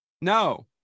No